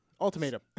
Ultimatum